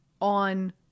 on